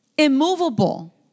immovable